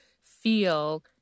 feel